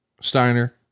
Steiner